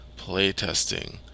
playtesting